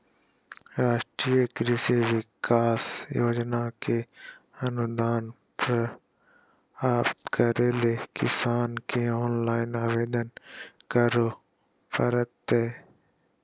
राष्ट्रीय कृषि विकास योजना के अनुदान प्राप्त करैले किसान के ऑनलाइन आवेदन करो परतय